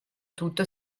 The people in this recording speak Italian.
tutto